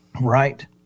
Right